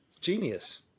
genius